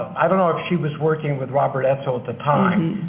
i don't know if she was working with robert edsel at the time,